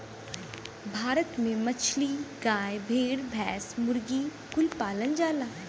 भारत में मछली, गाय, भेड़, भैंस, मुर्गी कुल पालल जाला